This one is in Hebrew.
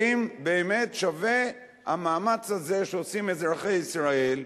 האם באמת שווה המאמץ הזה שעושים אזרחי ישראל,